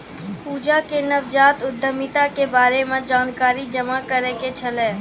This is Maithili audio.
पूजा के नवजात उद्यमिता के बारे मे जानकारी जमा करै के छलै